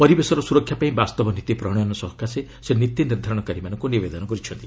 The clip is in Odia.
ପରିବେଶର ସୁରକ୍ଷା ପାଇଁ ବାସ୍ତବ ନୀତି ପ୍ରଶୟନ ସକାଶେ ସେ ନୀତି ନିର୍ଦ୍ଧାରଣକାରୀମାନଙ୍କୁ ନିବେଦନ କରିଛନ୍ତି